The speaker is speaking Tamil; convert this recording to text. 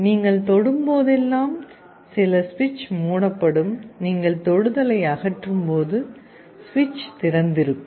நீங்கள் தொடும் போதெல்லாம் சில சுவிட்ச் மூடப்படும் நீங்கள் தொடுதலை அகற்றும்போது சுவிட்ச் திறந்திருக்கும்